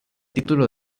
título